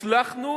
הצלחנו